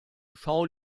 schau